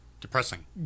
Depressing